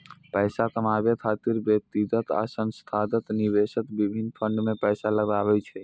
पैसा कमाबै खातिर व्यक्तिगत आ संस्थागत निवेशक विभिन्न फंड मे पैसा लगबै छै